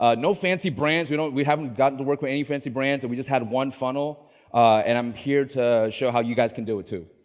ah no fancy brands. you know we haven't gotten to work with any fancy brands and we just had one funnel and i'm here to show how you guys can do it too.